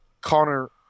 Connor